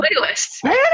playlist